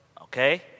Okay